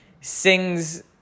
sings